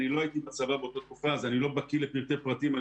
לא הייתי בצבא באותה תקופה ואני לא בקי לפרטי פרטים.